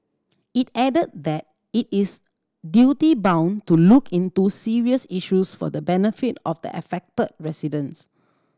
it added that it is duty bound to look into serious issues for the benefit of the affected residents